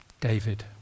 David